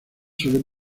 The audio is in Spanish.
suelen